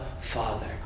Father